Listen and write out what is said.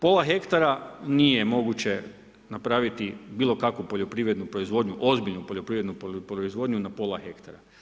Pola hektara nije moguće napraviti bilo kakvu poljoprivrednu proizvodnju, ozbiljnu poljoprivrednu proizvodnju na pola hektara.